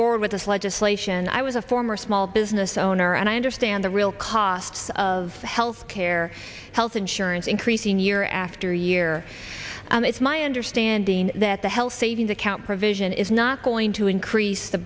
forward with this legislation i was a former small business owner and i understand the real costs of health care health insurance increasing year after year and it's my understanding that the health savings account provision is not going to increase the